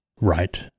right